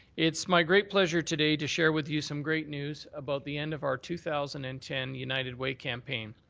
it's my great pleasure today to share with you some great news about the end of our two thousand and ten united way campaign.